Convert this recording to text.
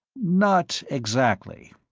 not exactly.